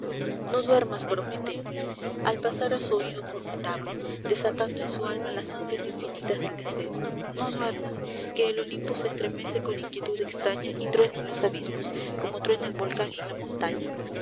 no duermas prometeo al pasar á su oído murmuraban desatando en su alma las ansias infinitas del deseo no duermas i que el olimpo se estremece con inquietud estraña y truenan los abismos como truena el volcan en la montafia